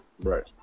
right